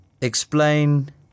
Explain